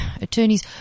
attorneys